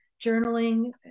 journaling